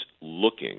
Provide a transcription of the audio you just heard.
looking